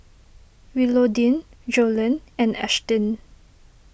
Willodean Joellen and Ashtyn